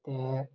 ಮತ್ತು